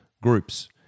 groups